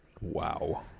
Wow